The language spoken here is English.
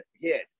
hit